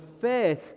faith